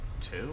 Two